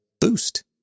boost